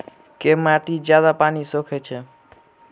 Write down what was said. केँ माटि जियादा पानि सोखय छै?